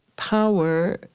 power